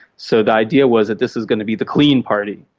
so the idea was that this was going to be the clean party.